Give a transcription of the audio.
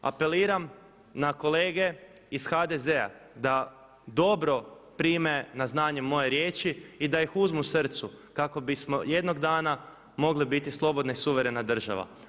Apeliram na kolege ih HDZ-a da dobro prime na znanje moje riječi i da ih uzmu srcu kako bismo jednog dana mogli biti slobodna i suverena država.